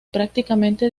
prácticamente